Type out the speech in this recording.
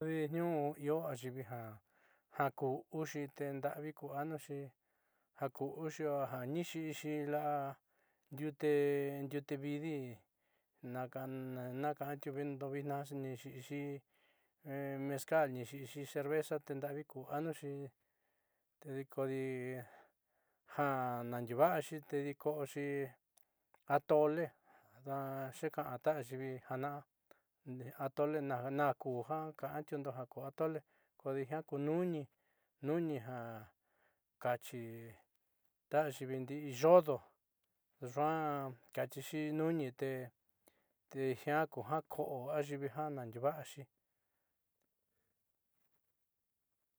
Ñuun io ayiivi ja ku'uxi tendo'avi ku anuxi ja ku'uxi ja niixi'ixi la'a ndiute vidi naaka'atiundo mendo vitnaa ni xi'ixi mescal ni xi'ixi cerveza te nda'avi ku anuxi tedi kodi ja naandiuuva'axi tedi ko'oxi atole yuuka'a ta ayiivi jaaña'a atole najkuu ja ka'antiundo jaku atole kodi jiaa ku nuni nuni ja kaachi ta ayiivi ndí'i yodo yuaa kachixi nuni te jiaa kuja ko'o ayiivi ja naandiuva'axi.